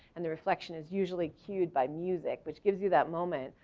and the reflection is usually cued by music, which gives you that moment,